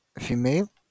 female